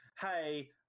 Hey